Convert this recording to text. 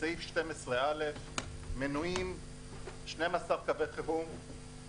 בסעיף 12(א) מנויים 12 קווי חירום,